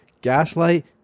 gaslight